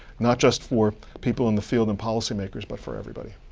not just for people in the field and policymakers, but for everybody.